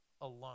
alone